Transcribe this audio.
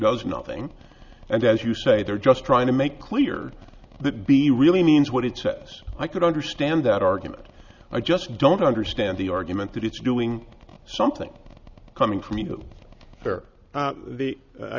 does nothing and as you say they're just trying to make clear that b really means what it says i could understand that argument i just don't understand the argument that it's doing something coming from you for the